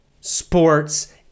sports